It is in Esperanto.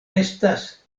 estas